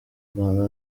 rwanda